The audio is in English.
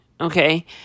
okay